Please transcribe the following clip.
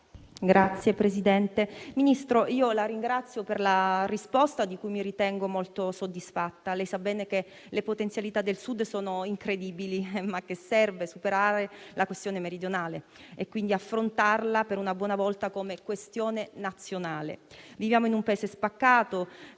*(FIBP-UDC)*. Ministro, la ringrazio per la risposta, di cui mi ritengo molto soddisfatta. Lei sa bene che le potenzialità del Sud sono incredibili, ma che serve superare la questione meridionale e quindi affrontarla, una buona volta, come questione nazionale. Viviamo in un Paese spaccato,